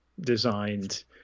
designed